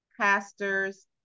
pastors